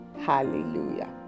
Hallelujah